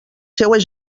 seues